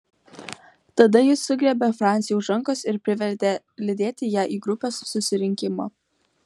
tada ji sugriebė francį už rankos ir privertė lydėti ją į grupės susirinkimą